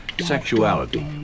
sexuality